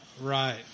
Right